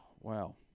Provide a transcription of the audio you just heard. wow